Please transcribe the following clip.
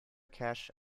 cache